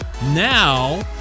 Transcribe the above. Now